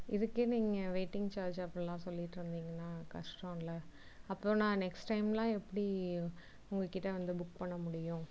இதுக்கே நீங்கள் waiting charge அப்படிலாம் சொல்லிவிட்டு இருந்தீங்கன்னால் கஷ்டமில்ல அப்போது நான் நெக்ஸ்ட் டைமெலாம் எப்படி உங்கள்கிட்ட வந்து புக் பண்ண முடியும்